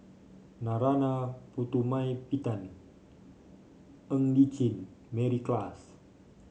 Narana Putumaippittan Ng Li Chin Mary Klass